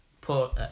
put-